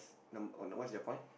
num oh no what's their point